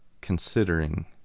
considering